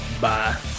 Bye